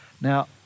Now